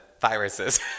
viruses